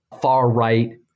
far-right